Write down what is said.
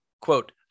quote